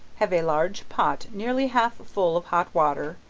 have a large pot nearly half full of hot water,